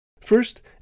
First